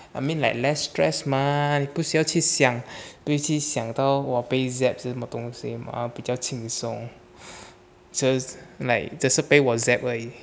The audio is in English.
I mean like less stress mah 不需要去想不用去想到我被 zap 是什么东西比较轻松 so is like 就是被我 zap 而已